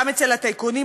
גם אצל הטייקונים,